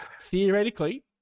Theoretically